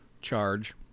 charge